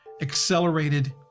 accelerated